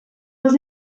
was